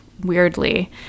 weirdly